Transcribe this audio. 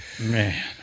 man